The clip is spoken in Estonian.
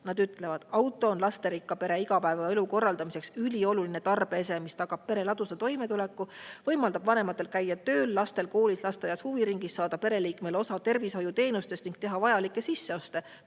Nad ütlevad: auto on lasterikka pere igapäevaelu korraldamiseks ülioluline tarbeese, mis tagab pere ladusa toimetuleku, võimaldab vanematel käia tööl, lastel koolis, lasteaias, huviringis, saada pereliikmel osa tervishoiuteenustest ning teha vajalikke sisseoste